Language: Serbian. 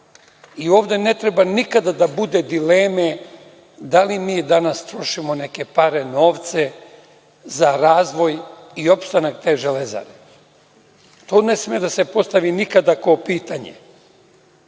i ovde ne treba nikada da bude dileme da li mi danas trošimo pare, novce za razvoj i opstanak te „Železare“. To ne sme da se postavi nikada kao pitanje. Kažete